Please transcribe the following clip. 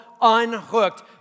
unhooked